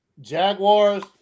Jaguars